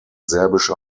serbische